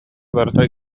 барыта